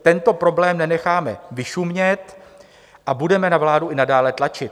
Tento problém nenecháme vyšumět a budeme na vládu i nadále tlačit.